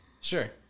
Sure